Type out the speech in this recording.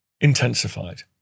intensified